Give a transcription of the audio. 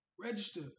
Register